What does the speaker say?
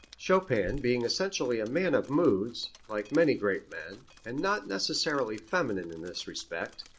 chopin, being essentially a man of moods, like many great men, and not necessarily feminine in this respect,